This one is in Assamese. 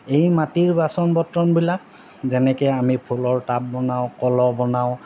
এই মাটিৰ বাচন বৰ্তনবিলাক যেনেকে আমি ফুলৰ টাব বনাওঁ কলহ বনাওঁ